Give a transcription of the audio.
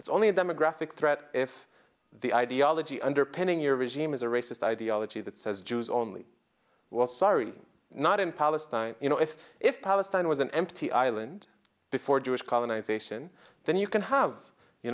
it's only a demographic threat if the ideology underpinning your regime is a racist ideology that says jews only well sorry not in palestine you know if if palestine was an empty island before jewish colonization then you can have you